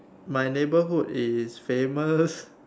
my neighbourhood is famous